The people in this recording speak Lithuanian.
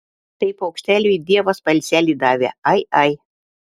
tai paukšteliui dievas balselį davė ai ai